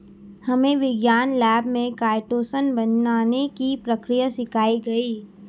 हमे विज्ञान लैब में काइटोसान बनाने की प्रक्रिया सिखाई गई